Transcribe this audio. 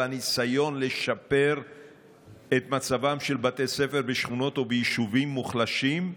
הניסיון לשפר את מצבם של בתי ספר בשכונות וביישובים מוחלשים.